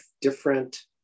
different